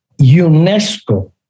UNESCO